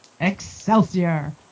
Excelsior